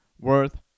worth